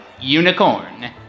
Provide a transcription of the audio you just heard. Unicorn